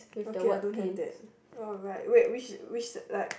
okay I don't have that oh right wait which which like